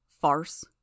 Farce